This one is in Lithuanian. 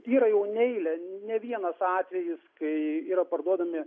yra jau neilė ne vienas atvejis kai yra parduodami